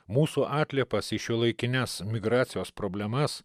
mūsų atliepas į šiuolaikines migracijos problemas